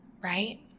right